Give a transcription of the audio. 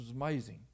amazing